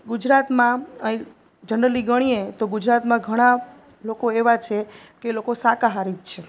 ગુજરાતમાં અહીં જનરલી ગણીએ તો ગુજરાતમાં ઘણાં લોકો એવાં છે કે એ લોકો શાકાહારી જ છે